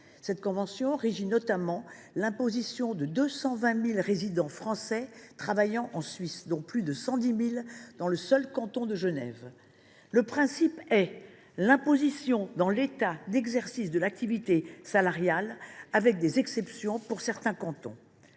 Cette convention régit notamment l’imposition de 220 000 résidents français travaillant en Suisse, dont plus de 110 000 personnes dans le seul canton de Genève. Le principe est l’imposition dans l’État d’exercice de l’activité salariale, avec des exceptions pour certains cantons.